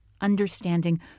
understanding